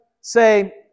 say